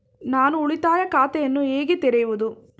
ನಾನು ಉಳಿತಾಯ ಖಾತೆಯನ್ನು ಹೇಗೆ ತೆರೆಯುವುದು?